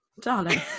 Darling